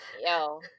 Yo